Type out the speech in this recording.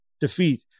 defeat